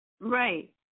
Right